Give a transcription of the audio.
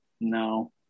no